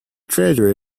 treasure